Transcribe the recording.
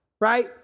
right